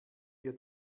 wir